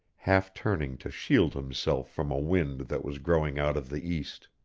half-turning to shield himself from a wind that was growing out of the east.